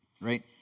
Right